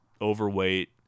overweight